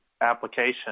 application